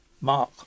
mark